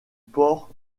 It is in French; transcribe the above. port